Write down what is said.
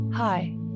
Hi